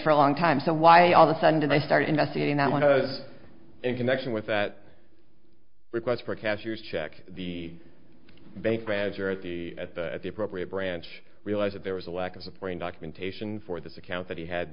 for a long time so why all the sudden i started investigating that was in connection with that requests for a cashier's check the bank grads are at the at the at the appropriate branch realize that there was a lack of supporting documentation for this account that he had